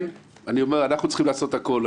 אני אומר, אנחנו צריכים לעשות הכול.